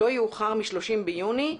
לא יאוחר מה-30 ביוני,